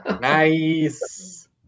Nice